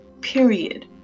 Period